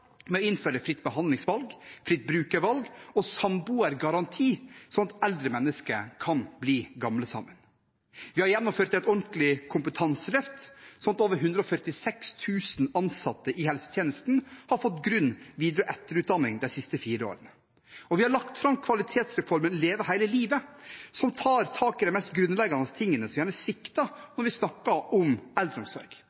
å innføre fritt behandlingsvalg, fritt brukervalg og samboergaranti, slik at eldre mennesker kan bli gamle sammen. Vi har gjennomført et ordentlig kompetanseløft, sånn at over 146 000 ansatte i helsetjenesten har fått grunn-, videre- og etterutdanning de siste fire årene, og vi har lagt fram kvalitetsreformen Leve hele livet, som tar tak i de mest grunnleggende tingene som gjerne